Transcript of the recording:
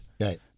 Right